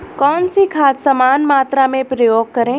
कौन सी खाद समान मात्रा में प्रयोग करें?